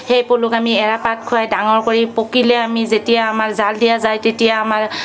সেই পলুকো আমি এৰাপাত খোৱাই ডাঙৰ কৰি পকিলে আমি যেতিয়া আমাৰ জাল দিয়া যায় তেতিয়া আমাৰ